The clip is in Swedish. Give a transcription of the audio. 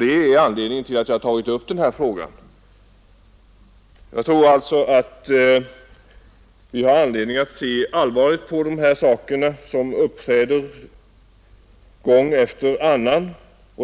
Det är anledningen till att jag har tagit upp saken. Vi har orsak att se allvarligt på dessa händelser som inträffar gång efter annan.